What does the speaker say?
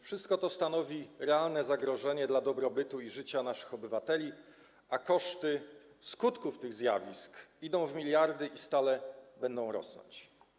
Wszystko to stanowi realne zagrożenie dla dobrobytu i życia naszych obywateli, a koszty skutków tych zjawisk idą w miliardy i stale będą rosnąć.